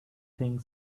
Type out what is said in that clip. thing